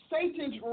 Satan's